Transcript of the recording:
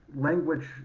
language